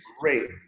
great